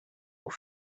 aux